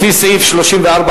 לפי סעיף 34(א)